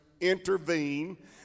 intervene